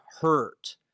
hurt